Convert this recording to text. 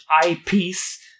eyepiece